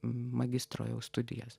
magistro studijas